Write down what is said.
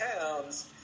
Towns